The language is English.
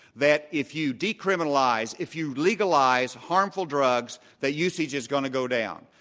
that if you decriminalize, if you legalize harmful drugs, the usage is going to go down.